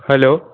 hello